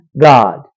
God